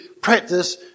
practice